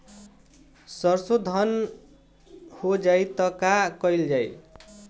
सरसो धन हो जाई त का कयील जाई?